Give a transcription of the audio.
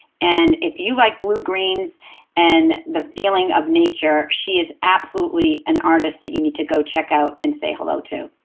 and if you like blue greens and the feeling of nature, she is absolutely an artist that you need to go check out and say hello to.